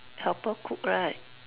helper cook right